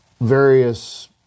various